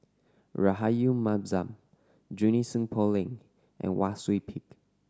Rahayu Mahzam Junie Sng Poh Leng and Wang Sui Pick